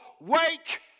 Wake